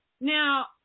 Now